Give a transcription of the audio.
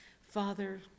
Father